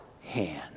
hand